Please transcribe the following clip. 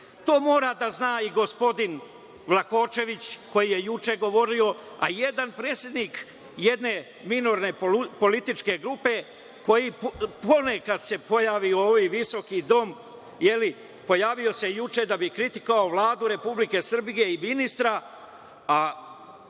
To mora da zna i gospodin Vlakočević, koji je juče govorio, a jedan predsednik jedne minorne političke grupe koji se ponekad pojavi u ovom visokom domu, pojavio se juče da bi kritikovao Vladu Republike Srbije i ministra, a